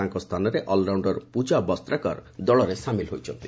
ତାଙ୍କ ସ୍ଥାନରେ ଅଲରାଉଣ୍ଡର ପୂଜା ବସ୍ତ୍ରାକର ଦଳରେ ସାମିଲ ହୋଇଛନ୍ତି